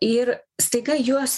ir staiga juos